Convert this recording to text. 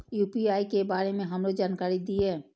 UPI के बारे में हमरो जानकारी दीय?